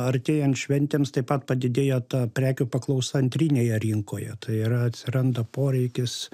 artėjant šventėms taip pat padidėja ta prekių paklausa antrinėje rinkoje tai yra atsiranda poreikis